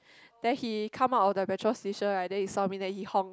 then he come out of the petrol station right then he saw me then he honk